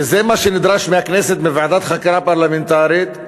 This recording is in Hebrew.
וזה מה שנדרש מהכנסת בוועדת חקירה פרלמנטרית,